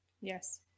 Yes